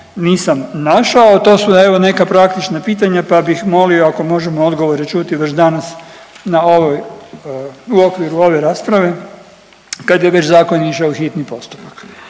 nisam našao. To su evo neka praktična pitanja pa bih molio ako možemo odgovore čuti već danas u okviru ove rasprave kad je već zakon išao u hitni postupak.